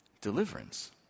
deliverance